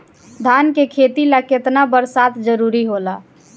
धान के खेती ला केतना बरसात जरूरी होला?